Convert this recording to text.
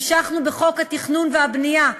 המשכנו בחוק התכנון והבנייה,